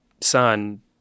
son